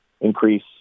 increase